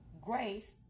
grace